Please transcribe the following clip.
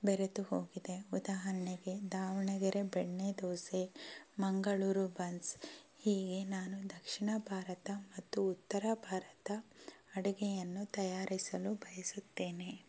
ಬೆರೆತು ಹೋಗಿದೆ ಉದಾಹರ್ಣೆಗೆ ದಾವಣೆಗೆರೆ ಬೆಣ್ಣೆ ದೋಸೆ ಮಂಗಳೂರು ಬನ್ಸ್ ಹೀಗೆ ನಾನು ದಕ್ಷಿಣ ಭಾರತ ಮತ್ತು ಉತ್ತರ ಭಾರತ ಅಡಿಗೆಯನ್ನು ತಯಾರಿಸಲು ಬಯಸುತ್ತೇನೆ